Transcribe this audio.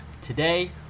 today